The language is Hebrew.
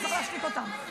אתה צריך להשתיק אותם.